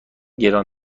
گران